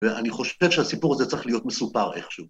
‫ואני חושב שהסיפור הזה ‫צריך להיות מסופר איכשהו.